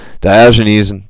Diogenes